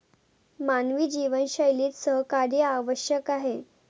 मानवी जीवनशैलीत सहकार्य आवश्यक आहे